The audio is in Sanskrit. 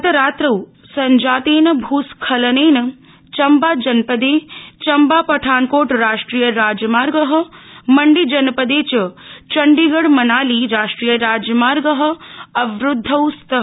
गतरात्रौ संजातेन भूस्खलनेन चम्बा जनपदे चम्बा पठानकोट राष्ट्रिय राजमार्ग मण्डी जनपदे च चण्डीगढ़ मनाली राष्ट्रियराजमार्ग अवरूदधौ स्तः